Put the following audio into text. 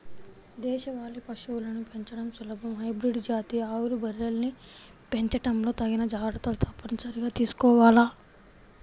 దేశవాళీ పశువులను పెంచడం సులభం, హైబ్రిడ్ జాతి ఆవులు, బర్రెల్ని పెంచడంలో తగిన జాగర్తలు తప్పనిసరిగా తీసుకోవాల